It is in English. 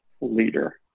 leader